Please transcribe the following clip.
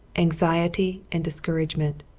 anxiety and discouragement.